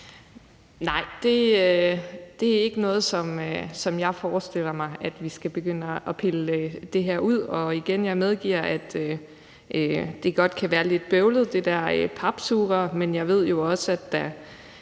Nej, det er ikke noget, som jeg forestiller mig, altså at vi skal begynde at pille det her ud. Igen vil jeg medgive, at det godt kan være lidt bøvlet med det der papsugerør, men jeg ved jo også, at der